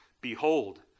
behold